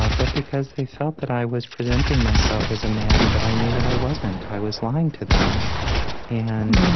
ah but because they felt that i was presenting myself as a man that i knew that i wasn't. i was lying to them and,